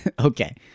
Okay